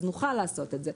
אז נוכל לעשות את זה.